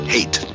Hate